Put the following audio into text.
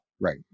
Right